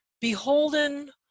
beholden